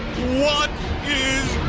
what is